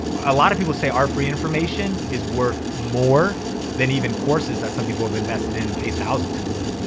a lot of people say our free information is worth more than even courses that some people have invested in and paid thousands for.